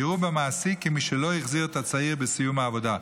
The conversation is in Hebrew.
יראו במעסיק כמי שלא החזיר את הצעיר בסיום העבודה,